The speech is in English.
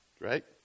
Right